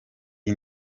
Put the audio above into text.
iyi